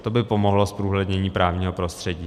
To by pomohlo zprůhlednění právního prostředí.